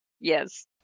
Yes